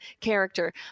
character